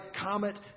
comet